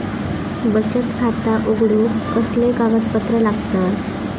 बचत खाता उघडूक कसले कागदपत्र लागतत?